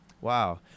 Wow